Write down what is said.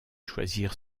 choisir